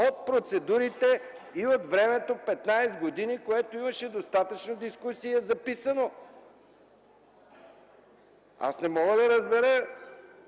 от процедурите и от времето – 15 години, по което имаше достатъчно дискусии. Не мога да разбера